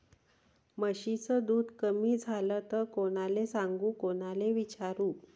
म्हशीचं दूध कमी झालं त कोनाले सांगू कोनाले विचारू?